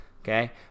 okay